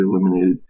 eliminated